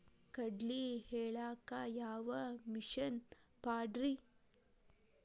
ಕಡ್ಲಿ ಕೇಳಾಕ ಯಾವ ಮಿಷನ್ ಪಾಡ್ರಿ?